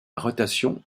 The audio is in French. rotation